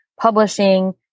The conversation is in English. publishing